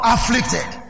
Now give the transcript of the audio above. Afflicted